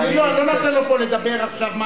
אני לא נותן לו לדבר עכשיו,